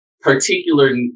particular